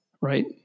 Right